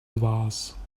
vase